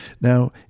Now